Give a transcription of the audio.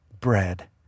bread